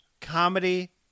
comedy